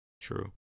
True